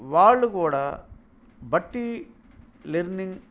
వాళ్ళు కూడా బట్టి లెర్నింగ్